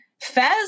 Fez